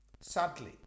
sadly